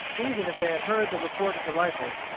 even if they had heard the report of the rifles,